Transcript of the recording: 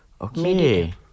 Okay